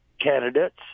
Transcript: candidates